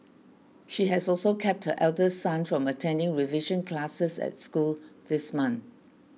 she has also kept her elder son from attending revision classes at school this month